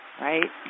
right